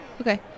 Okay